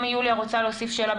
אם יוליה רוצה להוסיף שאלה,